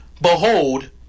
behold